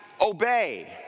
obey